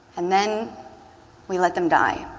and then we let them die.